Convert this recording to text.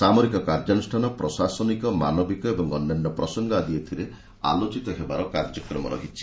ସାମରିକ କାର୍ଯ୍ୟାନୁଷ୍ଠାନ ପ୍ରଶାସନିକ ମାନବିକ ଓ ଅନ୍ୟାନ୍ୟ ପ୍ରସଙ୍ଗ ଆଦି ଏଥିରେ ଆଲୋଚିତ ହେବାର କାର୍ଯ୍ୟକ୍ରମ ରହିଛି